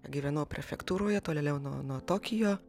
gyvenau prefektūroje tolėliau nuo nuo tokijo